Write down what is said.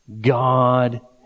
God